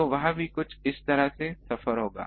तो वह भी कुछ इस तरह से सफर होगा